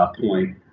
point